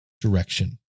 direction